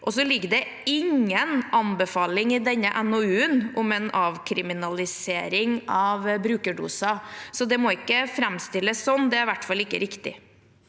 Så ligger det ingen anbefaling i denne NOU-en om en avkriminalisering av brukerdoser. Det må ikke framstilles sånn, for det er i hvert fall ikke riktig.